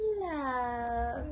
Love